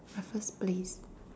Raffles Place